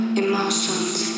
emotions